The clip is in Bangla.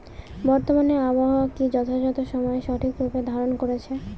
বর্তমানে আবহাওয়া কি যথাযথ সময়ে সঠিক রূপ ধারণ করছে?